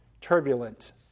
turbulent